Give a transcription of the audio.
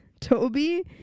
Toby